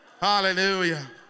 hallelujah